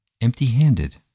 empty-handed